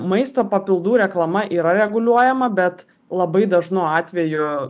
maisto papildų reklama yra reguliuojama bet labai dažnu atveju